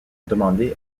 demandait